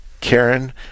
Karen